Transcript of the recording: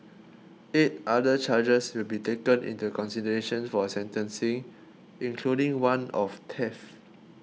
eight other charges will be taken into consideration for sentencing including one of theft